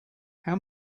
how